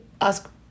ask